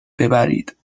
ببرید